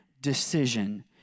decision